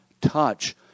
touch